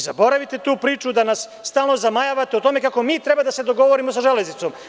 Zaboravite tu priču da nas stalno zamajavate o tome kako mi treba da se dogovorimo sa „Železnicom“